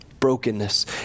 Brokenness